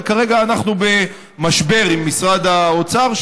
וכרגע אנחנו במשבר עם משרד האוצר,